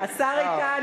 השר איתן,